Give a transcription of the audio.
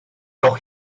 doch